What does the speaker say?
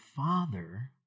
father